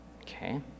okay